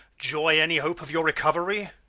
joy any hope of your recovery?